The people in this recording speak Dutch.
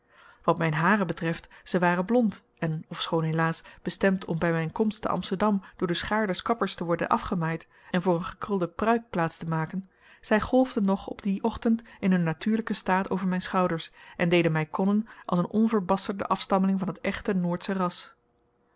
wat mijn haren betreft zij waren blond en ofschoon helaas bestemd om bij mijn komst te amsterdam door de schaar des kappers te worden afgemaaid en voor een gekrulde paruik plaats te maken zij golfden nog op dien ochtend in hun natuurlijken staat over mijn schouders en deden mij konnen als een onverbasterden afstammeling van het echte noordsche ras